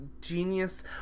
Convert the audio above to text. genius